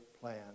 plan